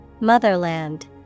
Motherland